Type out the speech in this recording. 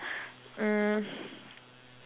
mm